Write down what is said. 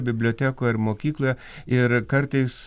bibliotekoj ar mokykloje ir kartais